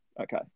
okay